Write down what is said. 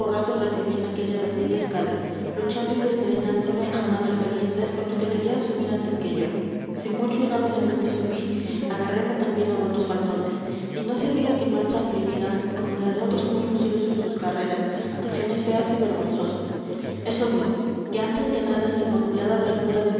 recibí en aquella bendita escala luchando y desgreñándome a machaca liendres con los que querían subir antes que yo si mucho y rápidamente subí agarreme también a buenos faldones y no se diga que manchan mi vida como la de otros muy lucidos en sus carreras acciones feas y vergonzosas eso no que antes que nada es la inmaculada blancura de